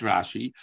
Rashi